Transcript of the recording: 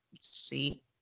see